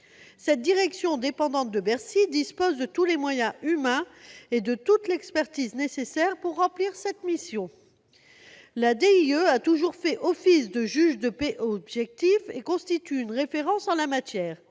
de Bercy, cette dernière dispose de tous les moyens humains et de toute l'expertise nécessaires pour remplir cette mission. La DIE a toujours fait office de juge de paix objectif et constitue une référence en la matière.